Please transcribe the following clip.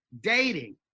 dating